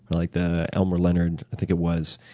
like the elmer leonard, i think it was,